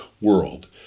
world